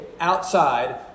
outside